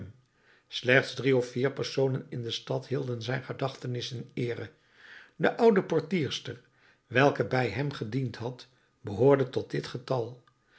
slechts drie of vier personen in de stad hielden zijn gedachtenis in eere de oude portierster welke bij hem gediend had behoorde tot dit getal